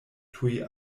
tuj